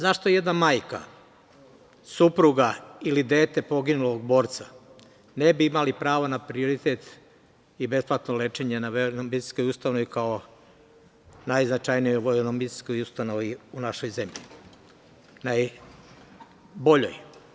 Zašto jedan majka, supruga ili dete poginulog borca ne bi imali pravo na prioritet i besplatno lečenje na Vojnomedicinskoj ustanovi kao najznačajnijoj vojnoj medicinskoj ustanovi u našoj zemlji, najboljoj?